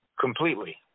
Completely